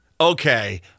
Okay